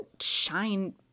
shine